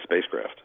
spacecraft